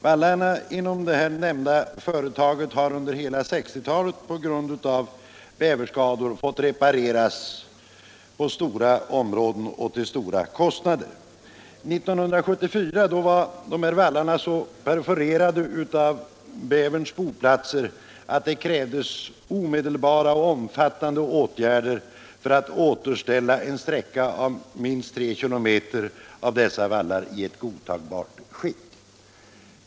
Vallarna inom det nämnda företaget har under hela 1960-talet på grund av bäverskador fått repareras på stora områden och till stora kostnader. År 1974 var vallarna så perforerade av bäverns boplatser att det krävdes omedelbara och omfattande åtgärder för att återställa en sträcka av minst tre kilometer av dessa vallar i godtagbart skick.